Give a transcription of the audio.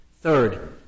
Third